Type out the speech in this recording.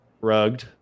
Rugged